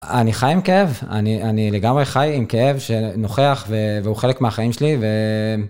אני חי עם כאב, אני אני לגמרי חי עם כאב שנוכח והוא חלק מהחיים שלי ו...